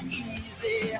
easy